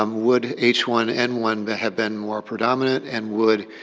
um would h one n one but have been more predominant and would